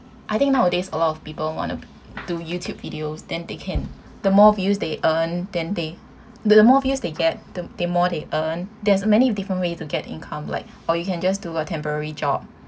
I think nowadays a lot of people want to do YouTube videos then they can the more views they earn then they the more views they get the more they earn there's many different way to get income like or you can just do a temporary job